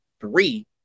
three